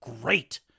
great